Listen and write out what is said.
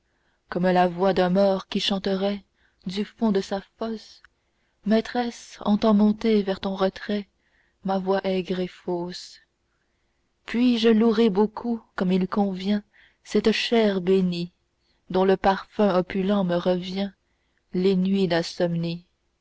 comme la voix d'un mort qui chanterait du fond de sa fosse maîtresse entends monter vers ton retrait ma voix aigre et fausse puis je louerai beaucoup comme il convient cette chair bénie dont le parfum opulent me revient les nuits